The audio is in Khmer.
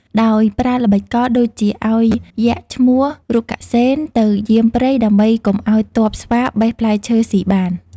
ដោយប្រើល្បិចកល ដូចជាឱ្យយក្សឈ្មោះរុក្ខសេនទៅយាមព្រៃ ដើម្បីកុំឱ្យទ័ពស្វាបេះផ្លែឈើស៊ីបាន។